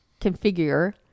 configure